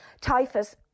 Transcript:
typhus